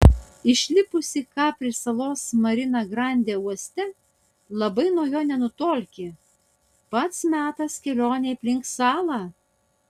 išlipusi kapri salos marina grande uoste labai nuo jo nenutolki pats metas kelionei aplink salą